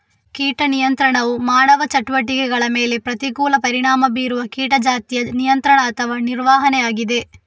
ಕೀಟ ನಿಯಂತ್ರಣವು ಮಾನವ ಚಟುವಟಿಕೆಗಳ ಮೇಲೆ ಪ್ರತಿಕೂಲ ಪರಿಣಾಮ ಬೀರುವ ಕೀಟ ಜಾತಿಯ ನಿಯಂತ್ರಣ ಅಥವಾ ನಿರ್ವಹಣೆಯಾಗಿದೆ